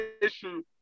issue